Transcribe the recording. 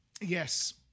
Yes